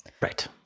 Right